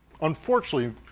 unfortunately